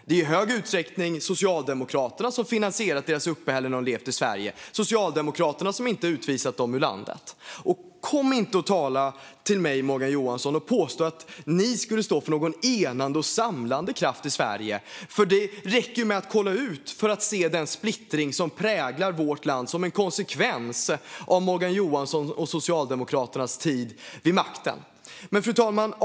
Det är i hög utsträckning Socialdemokraterna som finansierat deras uppehällen när de levt i Sverige. Det är Socialdemokraterna som inte har utvisat dem ur landet. Kom inte och påstå att ni skulle stå för någon enande och samlande kraft i Sverige, Morgan Johansson! Det räcker med att kolla ut för att se den splittring som präglar vårt land, som en konsekvens av Morgan Johanssons och Socialdemokraternas tid vid makten. Fru talman!